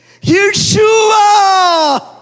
Yeshua